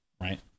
right